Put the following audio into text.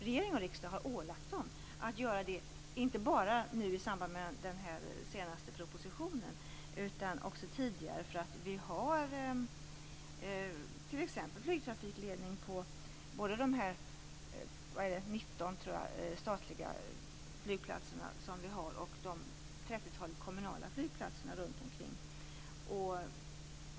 Regering och riksdag har ålagt det att göra det, inte bara i samband med den senaste propositionen utan också tidigare. Vi har t.ex. flygtrafikledning både på våra 19 statliga flygplatser och på de trettiotalet kommunala flygplatserna.